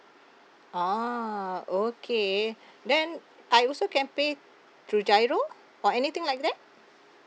oh okay then I also can pay through GIRO or anything like that